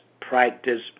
practice